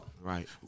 Right